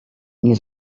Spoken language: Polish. nie